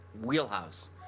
wheelhouse